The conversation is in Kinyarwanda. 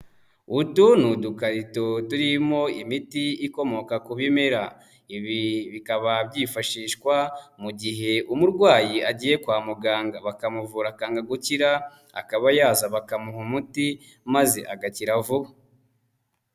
Utu ni udukarito turimo imiti ikomoka ku bimera. Ibi bikaba byifashishwa mu gihe umurwayi agiye kwa muganga bakamuvura akanga gukira, akaba yaza bakamuha umuti maze agakira vuba.